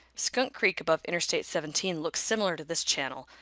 skunk creek above interstate seventeen looks similar to this channel,